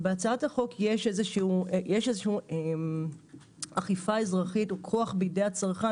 בהצעת החוק יש איזושהי אכיפה אזרחית או כוח בידי הצרכן